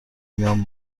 میان